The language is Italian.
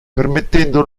permettendo